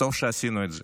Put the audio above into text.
וטוב שעשינו את זה.